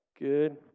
Good